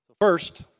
first